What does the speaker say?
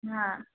हा